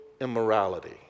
immorality